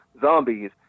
zombies